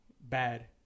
bad